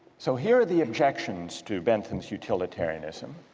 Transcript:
so here are the objections to bentham's utilitarianism